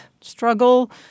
struggle